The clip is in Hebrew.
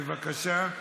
בבקשה.